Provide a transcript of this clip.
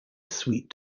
sweet